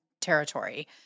territory